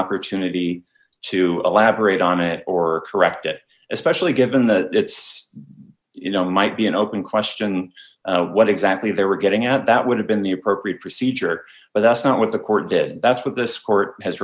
opportunity to elaborate on it or correct it especially given that it's you know might be an open question what exactly they were getting at that would have been the appropriate procedure but that's not what the court did that's what this court has